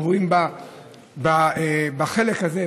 עוברים בחלק הזה,